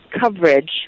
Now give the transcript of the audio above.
coverage